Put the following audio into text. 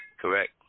correct